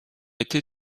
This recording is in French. été